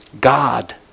God